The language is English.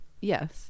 yes